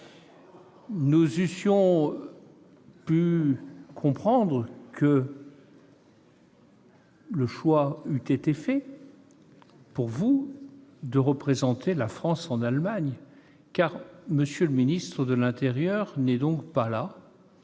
Nous eussions pu comprendre que le choix eût été fait pour vous de représenter la France en Allemagne. Las, M. le ministre de l'intérieur n'est pas là,